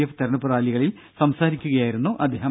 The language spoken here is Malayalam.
എഫ് തെരഞ്ഞെടുപ്പ് റാലികളിൽ സംസാരിക്കുകയായിരുന്നു അദ്ദേഹം